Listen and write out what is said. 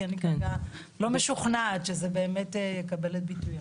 כי אני כרגע לא משוכנת שזה באמת יקבל את ביטויו.